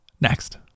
Next